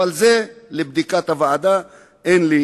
אבל זה לבדיקת הוועדה, אין לי